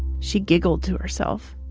she giggled to herself.